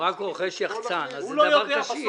הוא רק רוכש יחצן אז זה דבר קשיח.